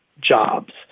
jobs